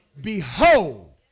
Behold